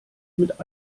mit